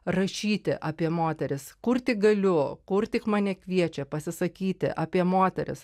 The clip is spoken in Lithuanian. rašyti apie moteris kur tik galiu kur tik mane kviečia pasisakyti apie moteris